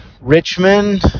Richmond